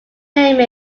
name